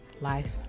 life